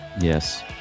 yes